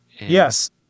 Yes